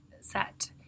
set